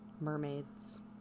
Mermaids